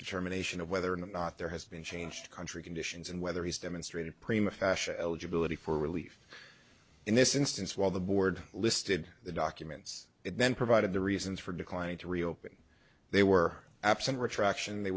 determination of whether or not there has been change country conditions and whether he's demonstrated prima fashion eligibility for relief in this instance while the board listed the documents and then provided the reasons for declining to reopen they were absent a retraction they